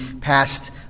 past